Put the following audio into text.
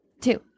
two